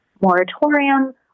moratorium